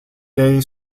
day